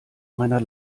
meiner